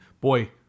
boy